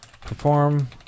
perform